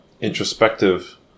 introspective